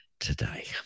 today